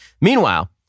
Meanwhile